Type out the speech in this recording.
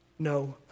No